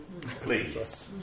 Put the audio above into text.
please